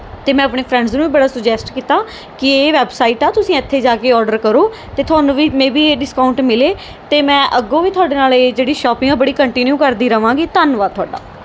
ਅਤੇ ਮੈਂ ਆਪਣੇ ਫਰੈਂਡਜ਼ ਨੂੰ ਵੀ ਬੜਾ ਸੁਜੈਸਟ ਕੀਤਾ ਕਿ ਇਹ ਵੈੱਬਸਾਈਟ ਆ ਤੁਸੀਂ ਇੱਥੇ ਜਾ ਕੇ ਔਰਡਰ ਕਰੋ ਅਤੇ ਤੁਹਾਨੂੰ ਵੀ ਮੇ ਬੀ ਇਹ ਡਿਸਕਾਊਂਟ ਮਿਲੇ ਅਤੇ ਮੈਂ ਅੱਗੋਂ ਵੀ ਤੁਹਾਡੇ ਨਾਲ ਇਹ ਜਿਹੜੀ ਸ਼ੋਪਿੰਗ ਆ ਬੜੀ ਕੰਟੀਨਿਊ ਕਰਦੀ ਰਹਾਂਗੀ ਧੰਨਵਾਦ ਤੁਹਾਡਾ